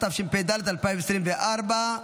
התשפ"ד 2024,